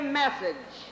message